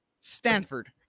Stanford